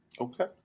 Okay